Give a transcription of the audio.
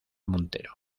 montero